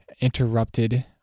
interrupted